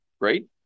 great